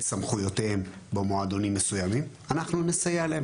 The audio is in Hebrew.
סמכויותיהם במועדונים מסוימים - אנחנו נסייע להם.